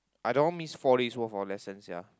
I don't want miss four days worth of lessons sia